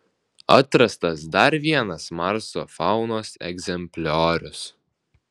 atrastas dar vienas marso faunos egzempliorius